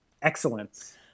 Excellence